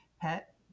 pet